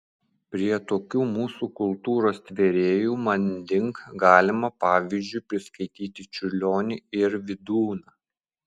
prie tokių mūsų kultūros tvėrėjų manding galima pavyzdžiui priskaityti čiurlionį ir vydūną